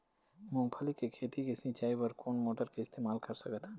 मूंगफली के खेती के सिचाई बर कोन मोटर के इस्तेमाल कर सकत ह?